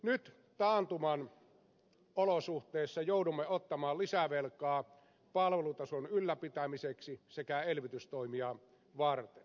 nyt taantuman olosuhteissa joudumme ottamaan lisävelkaa palvelutason ylläpitämiseksi sekä elvytystoimia varten